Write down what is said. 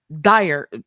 dire